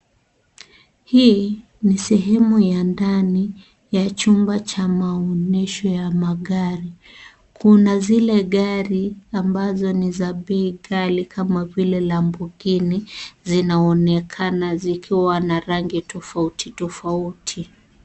Hii ni sehemu ya ndani ya chumba cha maonyesho ya magari, kuna zile gari ambazo ni za bei gali kama vile Lambogini zinaonekana zikiwa na rangi tofauti tofauti.